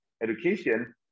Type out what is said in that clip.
education